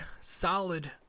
solid